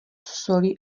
soli